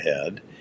ahead